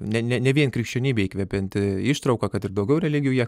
ne ne ne vien krikščionybę įkvepianti ištrauka kad ir daugiau religijų ja